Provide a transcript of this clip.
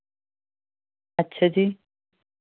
ਅੱਛਾ ਜੀ